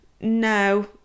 No